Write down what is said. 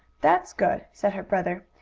that's good, said her brother.